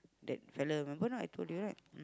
that fellow remember or not I told you right